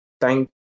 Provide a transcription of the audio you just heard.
Thank